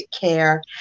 care